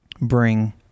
bring